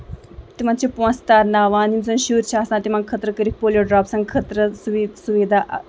تِمن چھُ پونٛسہٕ ترناوان یِم زَن شُرۍ چھِ آسان تِمن خٲطرٕ کٔرِکھ پولیو ڈراپسن خٲطرٕ سُویٖدا